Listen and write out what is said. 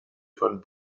von